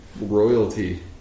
royalty